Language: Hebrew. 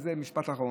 וזה יהיה משפט אחרון.